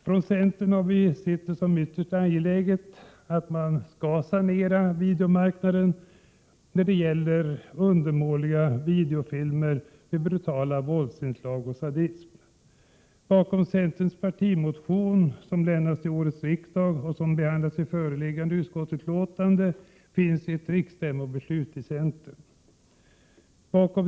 Från centern har vi sett det som ytterst angeläget att sanera videomarknaden när det gäller undermåliga videofilmer med brutala våldsinslag och sadism. Bakom den partimotion som centern har avgivit till årets riksdag och som behandlas i föreliggande utskottsutlåtande, finns ett beslut, som har fattats vid centerns riksstämma.